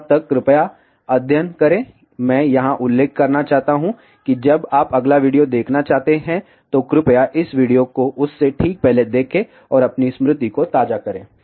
तब तक कृपया अध्ययन करें मैं यहां उल्लेख करना चाहता हूं कि जब आप अगला वीडियो देखना चाहते हैं तो कृपया इस वीडियो को उससे ठीक पहले देखें और अपनी स्मृति को ताज़ा करें